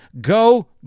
go